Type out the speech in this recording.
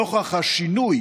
נוכח השינוי